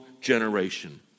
generation